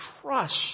trust